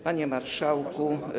Panie Marszałku!